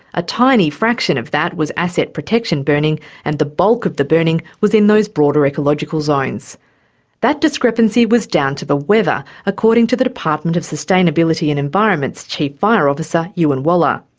a tiny fraction of that was asset protection burning and the bulk of the burning was in those broader ecological that discrepancy was down to the weather, according to the department of sustainability and environment's chief fire officer, ewan waller.